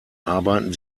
arbeiten